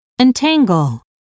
entangle